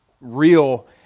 real